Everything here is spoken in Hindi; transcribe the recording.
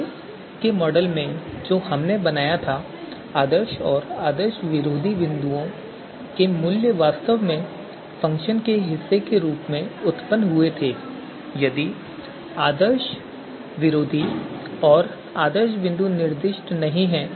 पहले के मॉडल में जो हमने बनाया था आदर्श और विरोधी आदर्श बिंदुओं के मूल्य वास्तव में फ़ंक्शन के हिस्से के रूप में उत्पन्न हुए थे यदि आदर्श विरोधी और आदर्श बिंदु निर्दिष्ट नहीं हैं